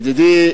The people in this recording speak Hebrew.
ידידי